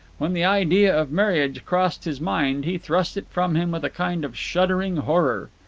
when the idea of marriage crossed his mind he thrust it from him with a kind of shuddering horror.